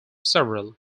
several